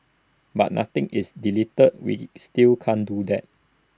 but nothing is deleted we still can't do that